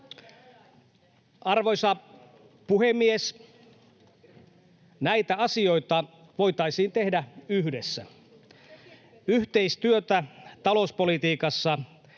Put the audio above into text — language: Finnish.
Arvoisa puhemies! Näitä asioita voitaisiin tehdä yhdessä. Yhteistyötä talouspolitiikassa